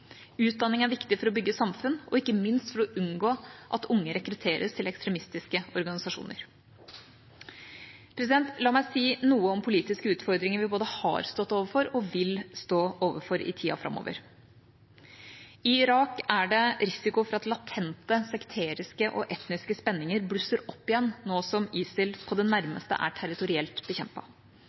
Utdanning er viktig for å bygge samfunn og ikke minst for å unngå at unge rekrutteres til ekstremistiske organisasjoner. La meg si noe om politiske utfordringer vi både har stått overfor og vil stå overfor i tida framover. I Irak er det en risiko for at latente sekteriske og etniske spenninger blusser opp igjen nå som ISIL på det nærmeste er territorielt